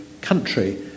country